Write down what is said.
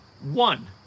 one